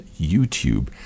YouTube